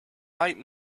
white